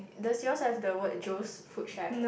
does yours have the word Joe's food shack